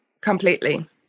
Completely